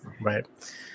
right